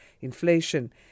inflation